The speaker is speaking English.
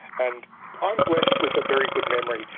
and i'm blessed with a very good memory,